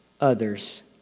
others